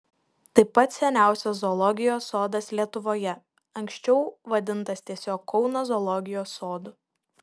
tai pats seniausias zoologijos sodas lietuvoje anksčiau vadintas tiesiog kauno zoologijos sodu